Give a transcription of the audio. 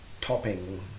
topping